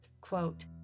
quote